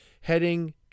heading